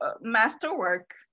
masterwork